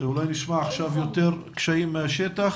אולי נשמע עכשיו יותר קשיים מהשטח.